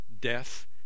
death